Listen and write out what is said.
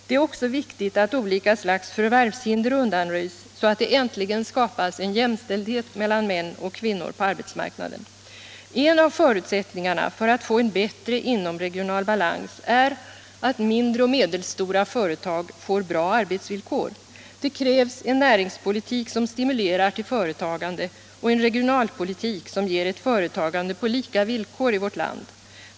Det är också viktigt att olika slags förvärvshinder undanröjs, så att det äntligen skapas en jämställdhet mellan kvinnor och män på arbetsmarknaden. En av förutsättningarna för att få en bättre inomregional balans är att mindre och medelstora företag får bra arbetsvillkor. Det krävs en näringspolitik som stimulerar till företagande och en regionalpolitik som ger ett företagande på lika villkor i vårt land.